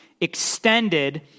extended